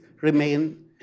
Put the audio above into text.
remain